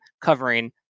covering